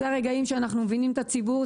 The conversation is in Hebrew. זה הרגעים שאנחנו מבינים את הציבור,